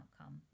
outcome